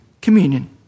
Communion